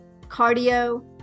Cardio